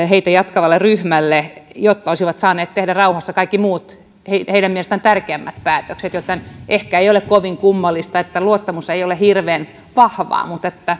heitä jatkavalle ryhmälle jotta ne saavat tehdä rauhassa kaikki muut heidän mielestään tärkeämmät päätökset joten ehkä ei ole kovin kummallista että luottamus ei ole hirveän vahvaa mutta